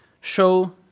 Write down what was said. show